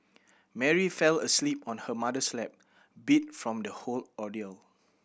Mary fell asleep on her mother's lap beat from the whole ordeal